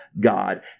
God